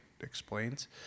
explains